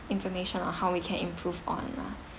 information on how we can improve on lah